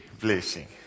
blessing